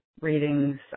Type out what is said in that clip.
readings